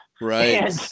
Right